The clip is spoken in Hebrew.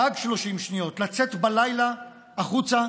גג 30 שניות, לצאת בלילה החוצה